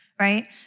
right